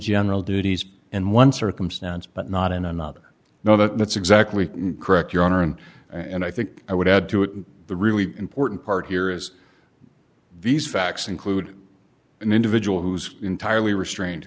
general duties and one circumstance but not in another no that's exactly correct your honor and and i think i would add to it the really important part here is these facts include an individual who was entirely restrained